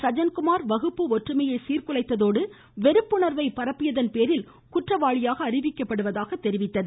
சஜன்குமார் வகுப்பு ஒற்றுமையை சீர்குலைத்ததோடு வெறுப்புணர்வை பரப்பியதன் பேரில் குற்றவாளியாக அறிவிக்கப்படுவதாக தெரிவித்தது